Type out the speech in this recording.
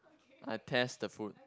I test the food